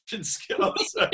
skills